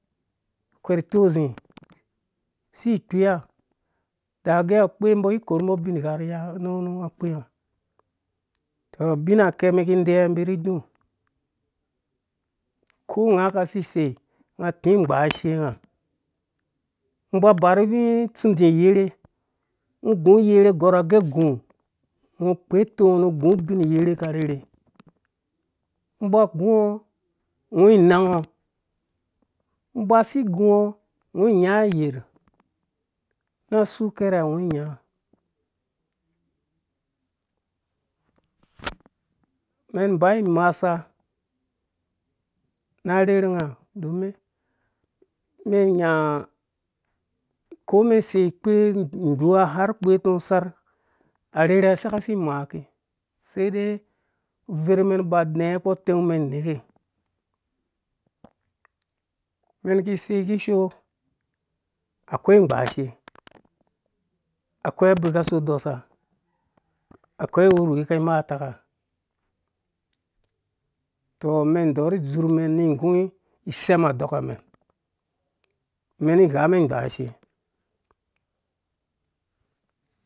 Akwerh itok azi si ikpea da gɛ akpɛ ai ukurumbɔ ubingha ri iya nu nu akpenga tɔ abinakɛ umɛn iki undeyiwa umbi ni idu ko ungaa aka asisei ununga ati ungbaa shenga ungo uba uba ru utsindi yerhe ungo ugu uyerhe agɔr age ugu ungo ukpe utong nu ugu ubin uyerhe aka arherhe ungo uba uguɔ ung inangngo ung uba usi igungo ung inya ɔyerh na asu kɛrɛ. ungo inyaɔ umɛn inya ko umen isei ukpe ingbua har ukpe utɔng user arherha asaka asi imaake saidei uvermen uba udɛɛkpɔ uteng umɛn ineke umɛn iki isei kishoo akoi ngbaashe akoi abika aso dɔsa akoi uwurwi aka imaataka tɔ umen indɔɔrmen ni igu isɛm adɔkamɛn umɛn ighamɛn ingbaashe,